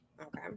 okay